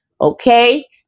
Okay